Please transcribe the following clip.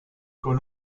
con